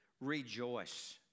rejoice